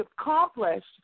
accomplished